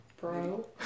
Bro